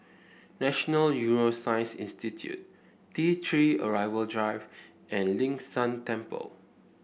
National Neuroscience Institute T Three Arrival Drive and Ling San Temple